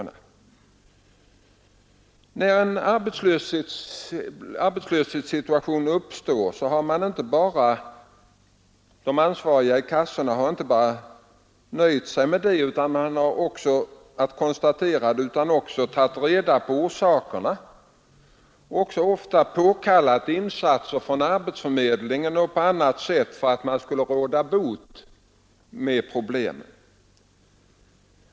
När en arbetslöshetssituation uppstår, har de ansvariga i kassorna inte bara nöjt sig med detta konstaterande, utan de har också tagit reda på orsakerna och ofta påkallat insatser från arbetsförmedlingen och vidtagit åtgärder på annat sätt för att råda bot för problemet.